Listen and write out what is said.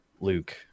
luke